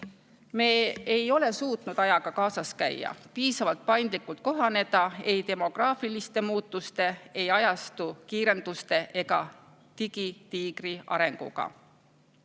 Me ei ole suutnud ajaga kaasas käia, piisavalt paindlikult kohaneda demograafiliste muutuste, ajastu kiirenduste ja digitiigri arenguga.